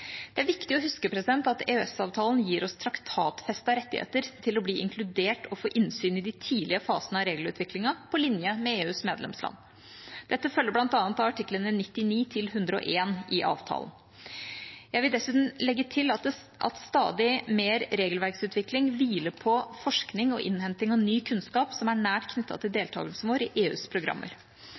Det er viktig å huske at EØS-avtalen gir oss traktatfestede rettigheter til å bli inkludert og få innsyn i de tidlige fasene av regelutviklingen på linje med EUs medlemsland. Dette følger bl.a. av artiklene 99–101 i avtalen. Jeg vil dessuten legge til at stadig mer regelverksutvikling hviler på forskning og innhenting av ny kunnskap som er nær knyttet til deltakelsen vår i EUs programmer.